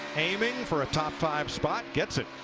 aiming for a top five spots, gets it.